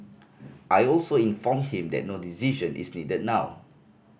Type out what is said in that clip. I also informed him that no decision is needed now